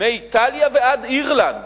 מאיטליה ועד אירלנד,